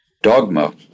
Dogma